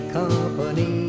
company